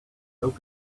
hope